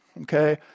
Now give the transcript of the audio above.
Okay